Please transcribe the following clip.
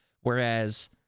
whereas